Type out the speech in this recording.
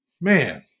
man